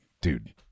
dude